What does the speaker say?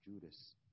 Judas